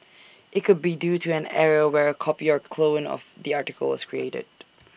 IT could be due to an error where A copy or clone of the article was created